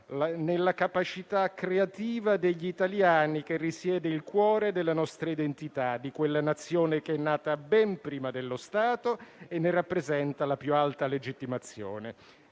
nella capacità creativa degli italiani che risiede il cuore della nostra identità, di quella Nazione che è nata ben prima dello Stato e ne rappresenta la più alta legittimazione.